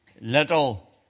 little